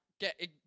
get